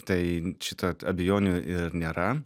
tai šita abejonių ir nėra